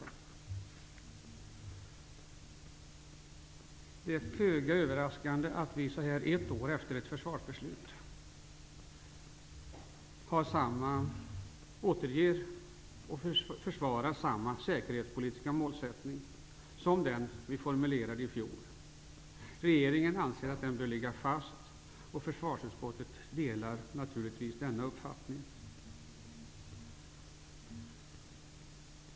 Det är föga överraskande att vi nu, ett år efter fattandet av ett försvarsbeslut, har kvar den säkerhetspolitiska målsättning som vi då formulerade. Regeringen anser att den bör ligga fast, och försvarsutskottet delar naturligtvis denna uppfattning.